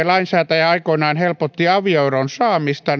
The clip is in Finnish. lainsäätäjä aikoinaan helpotti avioeron saamista